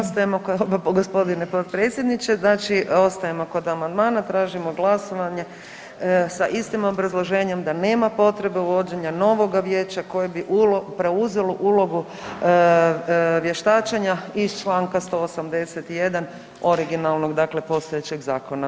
Mi ostajemo g. potpredsjedniče, znači ostajemo kod amandmana, tražimo glasovanje sa istim obrazloženjem da nema potrebe uvođenja novoga vijeća koje bi preuzelo ulogu vještačenja iz čl. 181. originalnog, dakle postojećeg zakona.